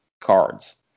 cards